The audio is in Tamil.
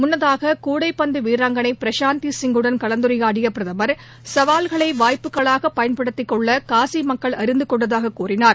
முன்னதாக கூடைபந்து வீராங்கணை பிரஷாந்தி சிங்குடன் கலந்துரையாடிய பிரதமா் சவால்களை வாய்ப்புகளாக பயன்படுத்தி கொள்ள காசி மக்கள் அறிந்து கொண்டதாக கூறினார்